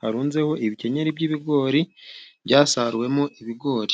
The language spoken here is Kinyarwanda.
harunzeho ibikenyeri by'ibigori byasaruwemo ibigori.